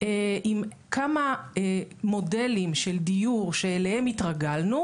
עם כמה מודלים של דיור שאליהם התרגלנו,